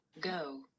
go